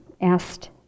asked